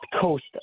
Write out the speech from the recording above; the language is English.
coast